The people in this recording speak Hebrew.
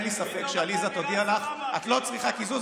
אין לי ספק שעליזה תודיע לך: את לא צריכה קיזוז,